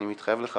אני מתחייב לך,